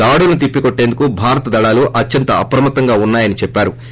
దాడులను తిప్పికోట్లందుకు భారత దళాలు అత్యంత అప్రమత్తంగా ఉన్నాయని చెప్పోరు